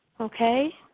Okay